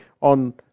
on